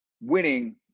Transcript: winning